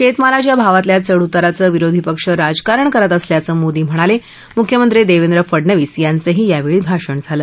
शक्मिालाच्या भावातल्या चढउताराचं विरोधी पक्ष राजकारण करत असल्याचं मोदी म्हणाल मुख्यमंत्री दर्यंत्रे फडनवीस यांचंही यावळी भाषण झालं